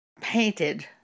painted